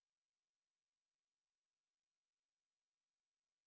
ya I think I accidentally press stop